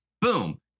Boom